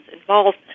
involvement